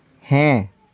ᱦᱮᱸ